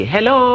Hello